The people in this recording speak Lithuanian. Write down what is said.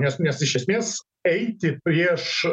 nes nes iš esmės eiti prieš